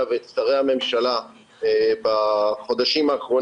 רושקה ממשרד הבריאות שנמצאת איתנו גם בזום.